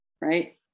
right